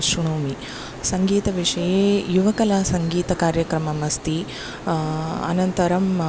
श्रुणोमि सङ्गीतविषये युवाकलासङ्गीतकार्यक्रममस्ति अनन्तरम्